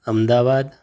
Ahmedabad